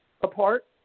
apart